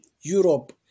Europe